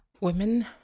women